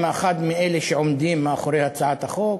אחד מאלה שעומדים מאחורי הצעת החוק,